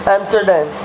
Amsterdam